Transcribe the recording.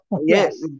Yes